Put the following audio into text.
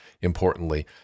importantly